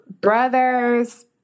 brothers